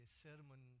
sermon